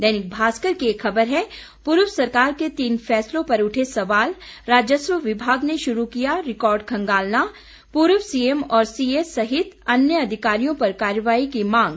दैनिक भास्कर की एक खबर है पूर्व सरकार के तीन फैसलों पर उठे सवाल राजस्व विभाग ने शुरू किया रिकॉर्ड खंगालना पूर्व सीएम और सीएस सहित अन्य अधिकारियों पर कार्रवाही की मांग